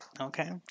Okay